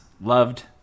loved